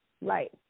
Right